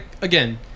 again